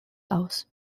aus